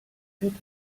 hätte